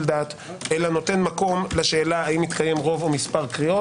דעת אלא נותן מקום לשאלה האם התקיים רוב או מספר קריאות,